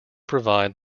provide